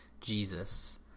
Jesus